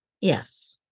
Yes